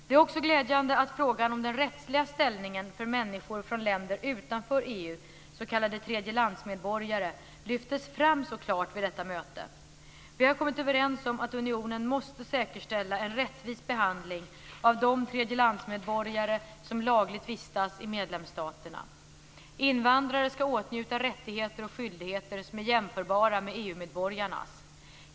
Det är också glädjande att frågan om den rättsliga ställningen för människor från länder utanför EU, s.k. tredjelandsmedborgare, lyftes fram så klart vid detta möte. Vi har kommit överens om att unionen måste säkerställa en rättvis behandling av de tredjelandsmedborgare som lagligt vistas i medlemsstaterna. Invandrare ska åtnjuta rättigheter och skyldigheter som är jämförbara med EU-medborgarnas.